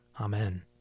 Amen